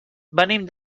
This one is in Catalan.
venim